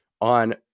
on